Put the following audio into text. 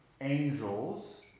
angels